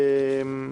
(מ/13692)